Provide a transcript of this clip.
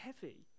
heavy